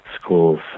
schools